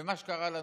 ומה שקרה לנו,